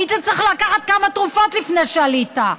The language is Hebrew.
היית צריך לקחת כמה תרופות לפני שעלית.